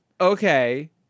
Okay